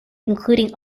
including